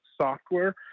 software